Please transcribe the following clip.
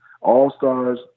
all-stars